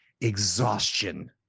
exhaustion